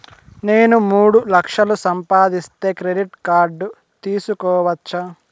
నేను మూడు లక్షలు సంపాదిస్తే క్రెడిట్ కార్డు తీసుకోవచ్చా?